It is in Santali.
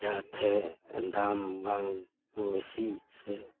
ᱡᱟᱦᱟᱸ ᱛᱮ ᱫᱟᱢ ᱵᱟᱝ ᱵᱤᱥᱤᱜ ᱥᱮ